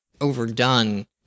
overdone